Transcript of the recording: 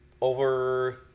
over